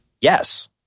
Yes